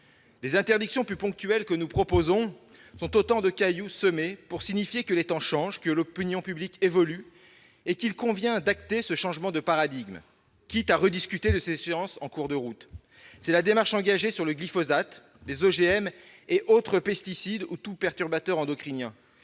Les interdictions plus ponctuelles que nous proposons sont autant de cailloux semés pour signifier que les temps changent, que l'opinion publique évolue et qu'il convient d'acter ce changement de paradigme, quitte à rediscuter de ces échéances en cours de route. C'est la démarche que nous avons engagée sur le glyphosate, les OGM et autres pesticides ou perturbateurs endocriniens.